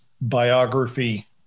biography